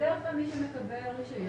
ובדרך כלל מי שמקבל רישיון,